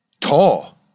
Tall